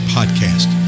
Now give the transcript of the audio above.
Podcast